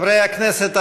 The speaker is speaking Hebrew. חברי הכנסת,